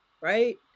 right